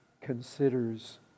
considers